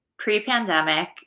Pre-pandemic